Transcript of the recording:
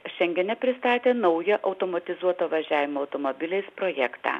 šengene pristatė naują automatizuoto važiavimo automobiliais projektą